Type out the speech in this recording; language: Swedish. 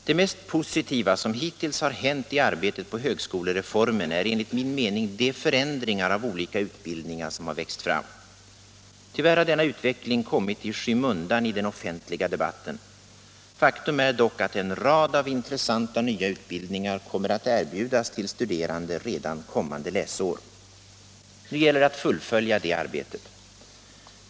Det mest positiva som hittills har hänt i arbetet på högskolereformen är enligt min mening de förändringar av olika utbildningar som har växt fram. Tyvärr har denna utveckling kommit i skymundan i den offentliga debatten. Faktum är dock att en rad intressanta nya utbildningar kommer att erbjudas till de studerande redan kommande läsår. Nu gäller det att fullfölja det arbetet.